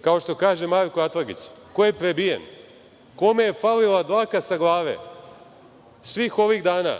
kao što kaže Marko Atlagić, ko je prebijen? Kome je falila dlaka sa glave svih ovih dana